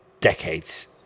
decades